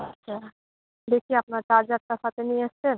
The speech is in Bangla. আচ্ছা দেখি আপনার চার্জারটা সাথে নিয়ে এসছেন